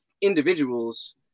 individuals